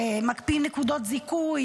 מקפיאים נקודות זיכוי,